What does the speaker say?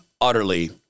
utterly